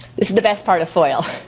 this is the best part of foil.